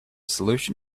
solution